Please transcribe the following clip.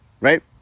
right